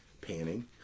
panning